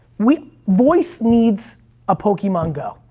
we, voice needs a pokemon go.